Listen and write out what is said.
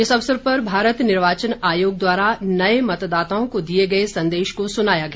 इस अवसर पर भारत निर्वाचन आयोग द्वारा नए मतदाताओं को दिए गए संदेश को सुनाया गया